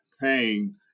pain